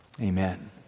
Amen